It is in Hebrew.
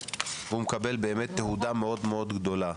והוא מקבל באמת תהודה מאוד מאוד גדולה.